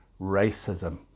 racism